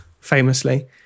famously